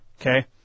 Okay